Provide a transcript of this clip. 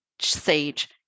Sage